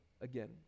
again